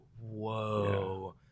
whoa